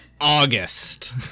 August